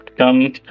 come